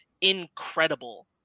incredible